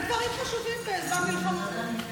אומר דברים חשובים בזמן מלחמה.